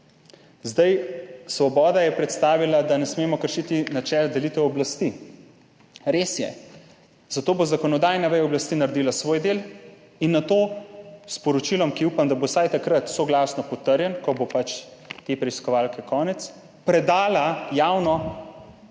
naprej. Svoboda je predstavila, da ne smemo kršiti načela delitve oblasti. Res je, zato bo zakonodajna veja oblasti naredila svoj del in nato poročilo, za katero upam, da bo vsaj takrat soglasno potrjeno, ko bo pač te preiskovalke konec, predala javno,